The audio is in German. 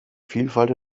vielfalt